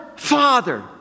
father